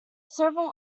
several